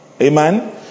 Amen